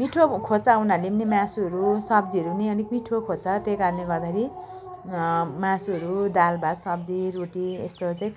मिठो खोज्छ उनीहरूले पनि मासुहरू नि सब्जीहरू नि अलिक मिठो खोज्छ त्यही कारणले गर्दाखेरि मासुहरू दाल भात सब्जी रोटी यस्तोहरू चाहिँ